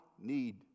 need